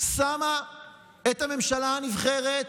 שמה את הממשלה הנבחרת